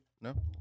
No